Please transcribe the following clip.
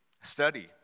study